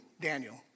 Daniel